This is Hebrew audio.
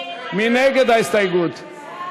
מי נגד ההסתייגות?